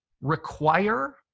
require